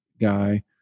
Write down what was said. guy